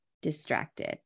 distracted